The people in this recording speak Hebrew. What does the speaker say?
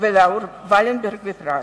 ולראול ולנברג בפרט.